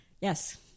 yes